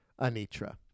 Anitra